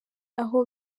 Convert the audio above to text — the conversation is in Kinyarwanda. aho